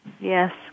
Yes